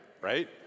right